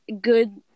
good